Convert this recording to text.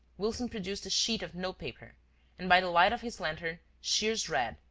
wilson produced a sheet of note-paper and, by the light of his lantern, shears read,